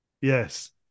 Yes